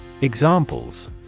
Examples